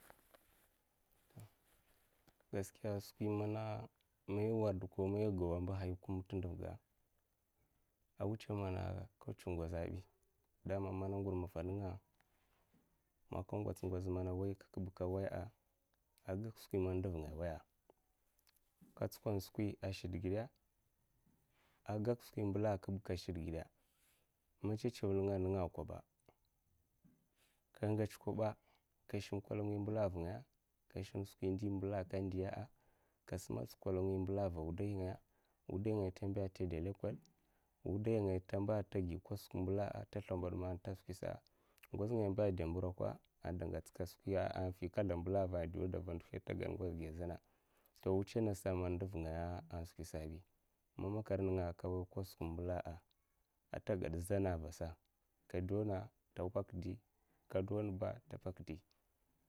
Gaskiya skwi mana'man nyè nwarda'kada ko man ay gau ambahyè kumba tè nduva ga nènga a wuche man nga cho ngoza bi daman mana ngur maffa nenga man nka ngots ngwoz man nwoy ka, kub ka nwoya'a akag skwi man nduv'ngaya ah nwoya'a ka nchukwan skwi ashed ged'a akag skwi mbella'a kuba ka shed'geda macha'chew nenga' nenga kwoba nka shum nkwalangui mbula avu'ngaya ka shum skwi'ndi mbulla ka ndiya nka sumat nkwalangui mbula nva wudaingaya amba ata dè lèkone, wudaingaya amba nta gui kwasuk mbela'a ata slumbwoda anta skwisa ngwoz ngaya amba ndei mburokwa, an de ngats skwiya n'fyi nkaslan mbula nva n' ndew dava nduhi ata ged ngwoz gay zana to wucha nasa man ndvungaya skwisa bi, man makar nenga man nka nwoy kwasuk'n mbula'a ata gad zana avasa kadè wuna ta pakdi.